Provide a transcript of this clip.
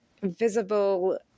visible